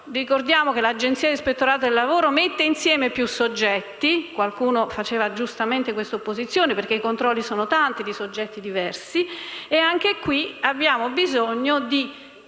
Ricordiamo che l'Agenzia per l'ispettorato del lavoro riunisce più soggetti; qualcuno faceva giustamente questa opposizione, perché i controlli sono tanti e di soggetti diversi. Anche in questo caso abbiamo bisogno di